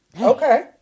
Okay